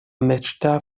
мечта